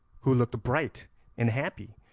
who looked bright and happy,